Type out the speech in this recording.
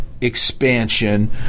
expansion